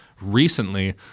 recently